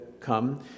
come